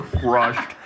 crushed